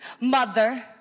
mother